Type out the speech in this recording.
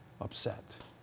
upset